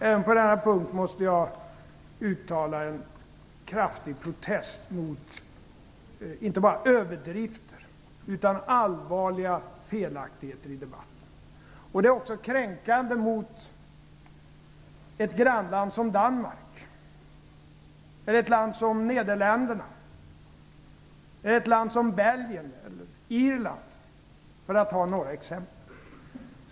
Även på denna punkt måste jag uttala en kraftig protest, inte bara mot överdrifter, utan mot allvarliga felaktigheter i debatten. Det är också kränkande mot ett grannland som Danmark, eller länder som Nederländerna, Belgien, Irland för att ta några exempel.